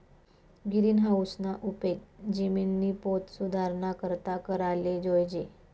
गिरीनहाऊसना उपेग जिमिननी पोत सुधाराना करता कराले जोयजे